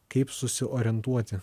kaip susiorientuoti